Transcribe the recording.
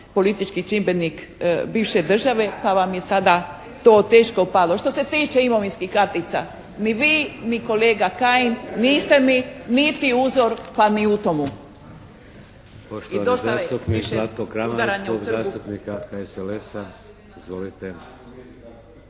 politički čimbenik bivše države pa vam je sada to teško palo. Što se tiče imovinskih kartica, ni vi ni kolega Kajin niste mi niti uzor pa niti u tome.